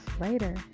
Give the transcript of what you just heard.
later